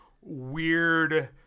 weird